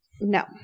No